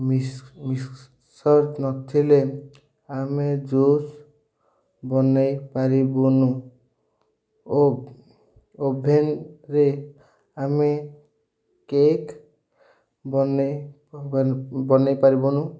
ମି ମିକ୍ସଚର୍ ନଥିଲେ ଆମେ ଜୁସ୍ ବନେଇ ପାରିବୁନି ଓ ଓଭେନ୍ରେ ଆମେ କେକ୍ ବନେଇ ବନେଇ ପାରିବୁନୁ